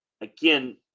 again